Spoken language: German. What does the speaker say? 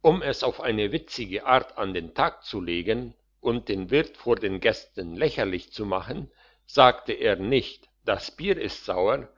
um es auf eine witzige art an den tag zu legen und den wirt vor den gästen lächerlich zu machen sagte er nicht das bier ist sauer